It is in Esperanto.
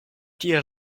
tie